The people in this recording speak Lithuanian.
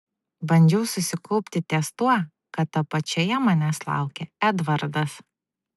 bandžiau susikaupti ties tuo kad apačioje manęs laukė edvardas